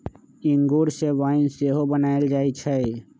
इंगूर से वाइन सेहो बनायल जाइ छइ